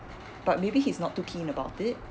but maybe he's not too keen about it